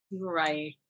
right